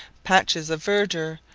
patches of verdure,